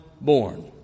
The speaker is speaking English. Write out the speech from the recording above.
born